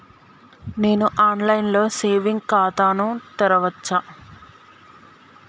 నేను online లో saving ఖాతా ను తెరవచ్చా?